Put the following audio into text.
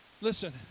Listen